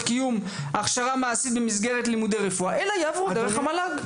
קיום ההכשרה המעשית במסגרת לימודי רפואה אלא יעברו דרך המל"ג.